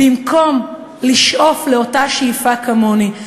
במקום לשאוף לאותה שאיפה כמוני,